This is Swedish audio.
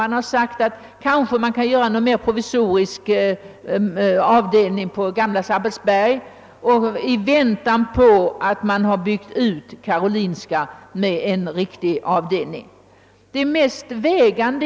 Man har sagt att det kanske kan inrättas en mer provisorisk avdelning på gamla Sabbatsberg i avvaktan på att det byggs ut en riktig avdelning på Karolinska sjukhuset.